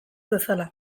bezala